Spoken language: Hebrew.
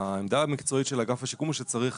העמדה הרשמית של אגף השיקום היא שצריך